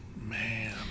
Man